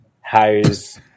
Hires